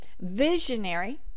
visionary